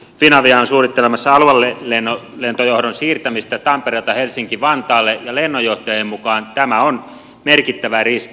pia liian finavia on suunnittelemassa aluelennonjohdon siirtämistä tampereelta helsinki vantaalle ja lennonjohtajien mukaan tämä on merkittävä riski